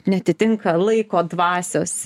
neatitinka laiko dvasios